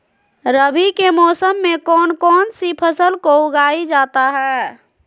रवि के मौसम में कौन कौन सी फसल को उगाई जाता है?